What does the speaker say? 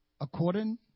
according